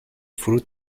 فروت